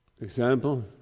Example